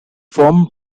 formed